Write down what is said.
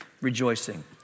rejoicing